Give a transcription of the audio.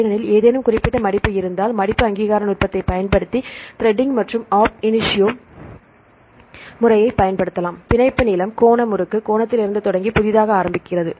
ஏனெனில் ஏதேனும் குறிப்பிட்ட மடிப்பு இருந்தால் மடிப்பு அங்கீகார நுட்பத்தை பயன்படுத்தி த்ரெட்டிங் மற்றும் ஆப் இனி டியோ முறையை பயன்படுத்தலாம் பிணைப்பு நீளம் கோண முறுக்கு கோணத்திலிருந்து தொடங்கி புதிதாக ஆரம்பிக்கிறோம்